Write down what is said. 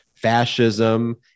Fascism